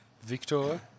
Victor